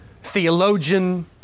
theologian